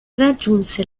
raggiunse